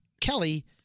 Kelly